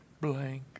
blank